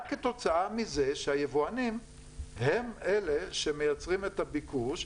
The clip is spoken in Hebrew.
רק כתוצאה מזה שהיבואנים הם אלה שמייצרים את הביקוש,